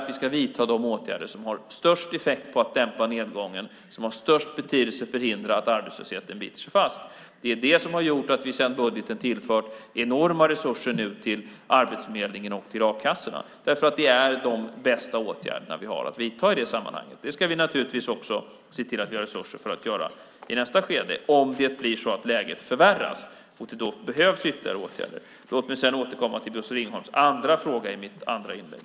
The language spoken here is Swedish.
Vi ska vidta de åtgärder som har störst effekt för att dämpa nedgången, som har störst betydelse för att hindra att arbetslösheten biter sig fast. Det är det som har gjort att vi sedan budgeten tillfört enorma resurser till Arbetsförmedlingen och a-kassorna. Det är de bästa åtgärder vi har att vidta i det sammanhanget. Detta ska vi naturligtvis också se till att vi har resurser för att göra i nästa skede om det blir så att läget förvärras och det behövs ytterligare åtgärder. Låt mig sedan återkomma till Bosse Ringholms andra fråga i mitt nästa inlägg.